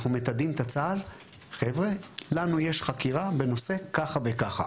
אנחנו מתדעים את צה"ל שיש לנו חקירה בנושא כך וכך,